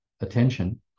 attention